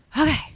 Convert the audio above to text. Okay